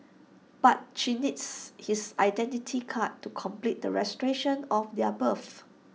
but she needs his Identity Card to complete the registration of their births